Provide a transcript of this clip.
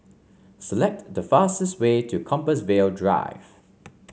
select the fastest way to Compassvale Drive